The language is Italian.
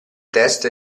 test